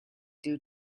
due